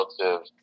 relative